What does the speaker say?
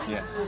Yes